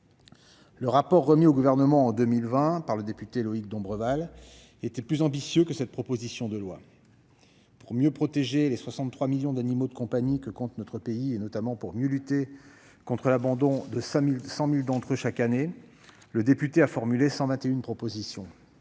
Le rapport remis au Gouvernement en 2020 par le député Loïc Dombreval était plus ambitieux que cette proposition de loi. Pour mieux protéger les 63 millions d'animaux de compagnie que compte notre pays, et pour mieux lutter contre l'abandon de 100 000 d'entre eux chaque année, notre collègue député a formulé 121 propositions.